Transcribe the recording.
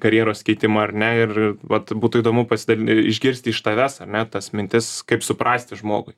karjeros keitimą ar ne ir vat būtų įdomu išgirsti iš tavęs ar ne tas mintis kaip suprasti žmogui